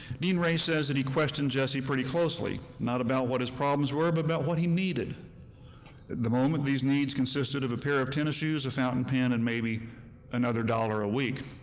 dean wray says that he questioned jessie pretty closely not about what his problems were, but about what he needed. at the moment, these needs consisted of a pair of tennis shoes, a fountain pen, and maybe another dollar a week.